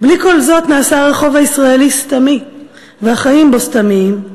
בלי כל זאת נעשה הרחוב הישראלי סתמי והחיים בו סתמיים.